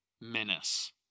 menace